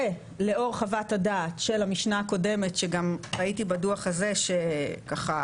ולאור חוות הדעת של המשנה הקודמת שגם ראיתי בדוח הזה שעברה,